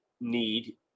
need